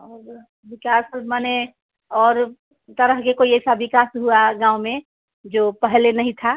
और विकास माने और तरह के कोई ऐसा विकास हुआ गाँव में जो पहले नहीं था